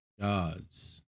God's